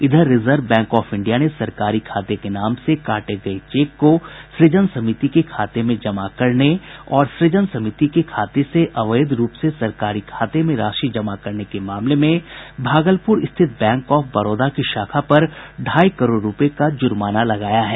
इधर reserve bank of India ने सरकारी खाते के नाम से काटे गये चेक को सुजन समिति के खाते में जमा करने और सृजन समिति के खाते से अवैध रूप से सरकारी खाते में राशि जमा करने के मामले में भागलपुर स्थित बैंक ऑफ बड़ौदा की शाखा पर ढ़ाई करोड़ रूपये का जुर्माना लगाया है